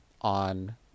on